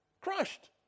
Crushed